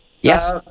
Yes